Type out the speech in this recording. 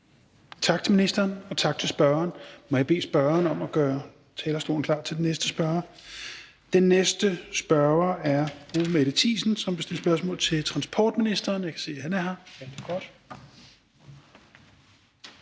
Tak til ministeren, og tak til spørgeren. Må jeg bede spørgeren om at gøre talerstolen klar til den næste spørger? Den næste spørger er fru Mette Thiesen, som vil stille spørgsmål til transportministeren. Jeg kan se, at han er der.